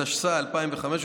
התשס"ה 2005,